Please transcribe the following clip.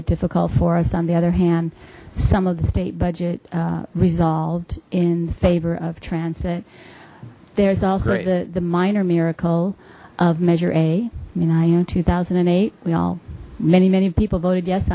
it difficult for us on the other hand some of the state budget resolved in favor of transit there's also the minor miracle of measure a in ione two thousand and eight we all many many people voted yes